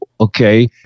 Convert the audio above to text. okay